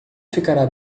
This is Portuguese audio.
ficará